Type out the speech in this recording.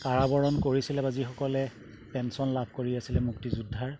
কাৰাবৰণ কৰিছিলে বা যিসকলে পেঞ্চন লাভ কৰি আছিলে মুক্তি যুদ্ধাৰ